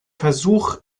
versuch